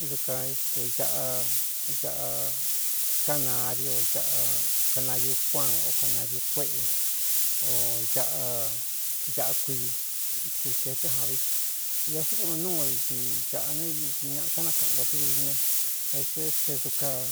Iduka é ste aꞌa ñaꞌa canariu aꞌa canariu cuan o canariu kuéꞌe o aꞌa aꞌa kuii tsiltepé jā vi īō súku ɨɨn núu i āꞌa ne ñaꞌa kánakaꞌan kōdɨvɨ ci ne oé se éste dkaan